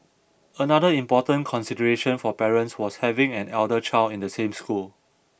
another important consideration for parents was having an elder child in the same school